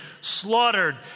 slaughtered